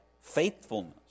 faithfulness